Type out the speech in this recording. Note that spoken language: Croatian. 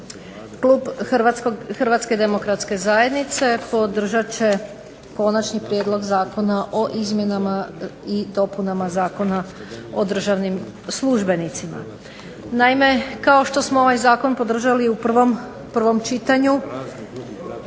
Hrvatske demokratske zajednice podržat će Konačni prijedlog zakona o izmjenama i dopunama Zakona o državnim službenicima. Naime, kao što smo ovaj zakon podržali i u prvom čitanju